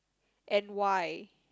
and why